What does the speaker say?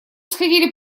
сходили